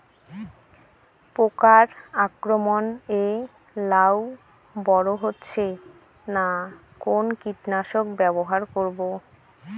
পোকার আক্রমণ এ লাউ বড় হচ্ছে না কোন কীটনাশক ব্যবহার করব?